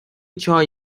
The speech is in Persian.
چای